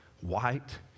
white